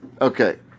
Okay